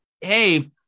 hey